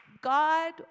God